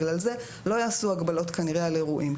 שבגלל זה לא יעשו הגבלות כנראה על אירועים,